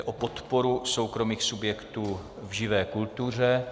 Podpora soukromých subjektů v živé kultuře